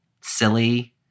silly